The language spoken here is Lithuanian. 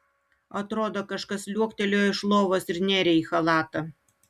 atrodo kažkas liuoktelėjo iš lovos ir nėrė į chalatą